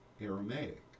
Aramaic